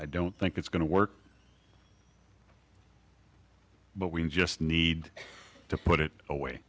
i don't think it's going to work but we just need to put it away